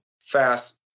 fast